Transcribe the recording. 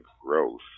growth